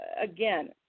again